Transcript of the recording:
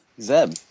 Zeb